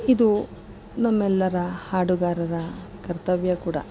ಇದು ನಮ್ಮೆಲ್ಲರ ಹಾಡುಗಾರರ ಕರ್ತವ್ಯ ಕೂಡ